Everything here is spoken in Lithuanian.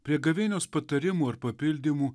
prie gavėnios patarimų ir papildymų